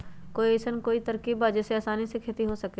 कोई अइसन कोई तरकीब बा जेसे आसानी से खेती हो सके?